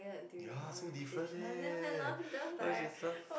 ya so different eh cause she some